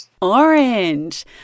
Orange